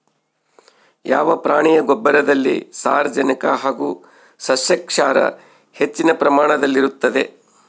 ಯಾವ ಪ್ರಾಣಿಯ ಗೊಬ್ಬರದಲ್ಲಿ ಸಾರಜನಕ ಹಾಗೂ ಸಸ್ಯಕ್ಷಾರ ಹೆಚ್ಚಿನ ಪ್ರಮಾಣದಲ್ಲಿರುತ್ತದೆ?